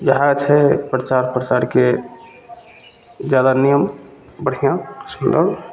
इएह छै प्रचार प्रसारके जादा नियम बढ़िआँ सुन्दर